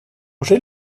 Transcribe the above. уже